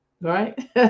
right